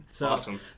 Awesome